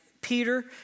Peter